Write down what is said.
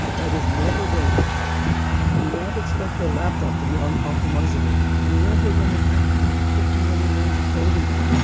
that is never going to happen do not expect a laptop to be uncompromisable. never going to happen. it's fifty million lines of code in there,